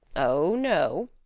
oh, no.